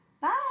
Bye